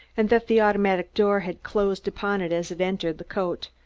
and that the automatic door had closed upon it as it entered the cote.